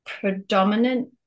predominant